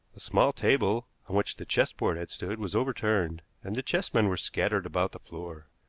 a small table on which the chessboard had stood was overturned, and the chessmen were scattered about the floor.